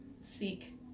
seek